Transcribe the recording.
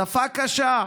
שפה קשה.